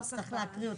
צריך להקריא אותו.